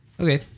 Okay